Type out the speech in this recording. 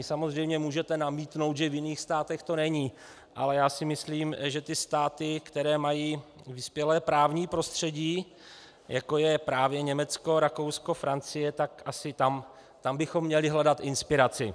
Můžete samozřejmě namítnout, že v jiných státech to není, ale já si myslím, že ty státy, které mají vyspělé právní prostředí, jako je právě Německo, Rakousko, Francie, tak asi tam bychom měli hledat inspiraci.